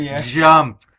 jump